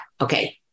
Okay